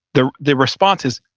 the the response is,